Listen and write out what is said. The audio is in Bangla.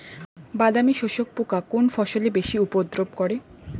বাদামি শোষক পোকা কোন ফসলে বেশি উপদ্রব করে?